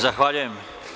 Zahvaljujem.